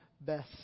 best